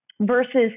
versus